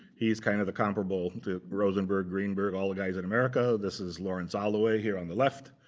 he is kind of the comparable to rosenberg, greenberg, all the guys in america. this is lawrence alloway here on the left.